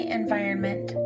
environment